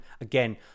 again